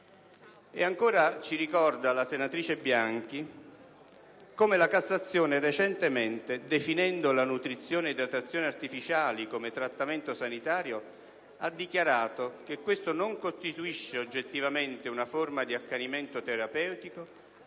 Ancora, ci ricorda la senatrice Bianchi come la stessa Cassazione, definendo recentemente la nutrizione e idratazione artificiali come trattamento sanitario, ha dichiarato che «questo non costituisce oggettivamente una forma di accanimento terapeutico,